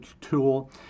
Tool